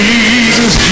Jesus